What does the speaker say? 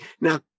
Now